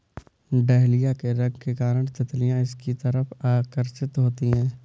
dahlia के रंग के कारण तितलियां इसकी तरफ आकर्षित होती हैं